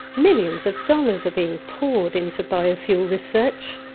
millions of dollars are being poured into biofuel research,